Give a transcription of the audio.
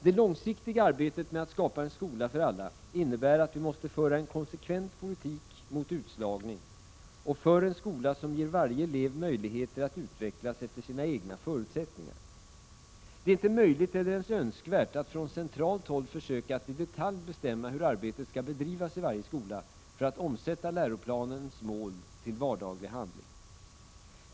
Det långsiktiga arbetet med att skapa en skola för alla innebär att vi måste föra en konsekvent politik mot utslagning och för en skola som ger varje elev möjligheter att utvecklas efter sina egna förutsättningar. Det är inte möjligt eller ens önskvärt att från centralt håll försöka att i detalj bestämma hur arbetet skall bedrivas i varje skola för att omsätta läroplanernas mål till vardaglig handling.